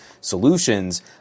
solutions